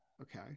Okay